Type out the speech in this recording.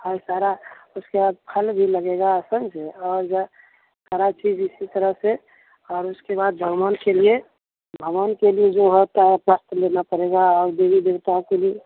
और सारा उसके बाद फल भी लगेगा समझे और जा सारा चीज इसी तरह से और उसके बाद भगवान के लिए भगवान के लिए जो होता हे पात लेना पड़ेगा और देवी देवताओं के लिए